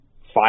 five